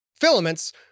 Filaments